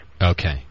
Okay